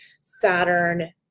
Saturn